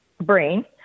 brain